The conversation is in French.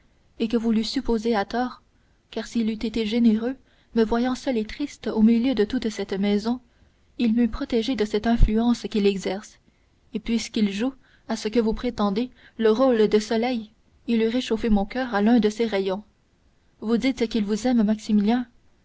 et que vous lui supposez à tort car s'il eût été généreux me voyant seule et triste au milieu de toute cette maison il m'eût protégée de cette influence qu'il exerce et puisqu'il joue à ce que vous prétendez le rôle de soleil il eût réchauffé mon coeur à l'un de ses rayons vous dites qu'il vous aime